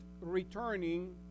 returning